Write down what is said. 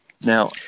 Now